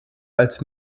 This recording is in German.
als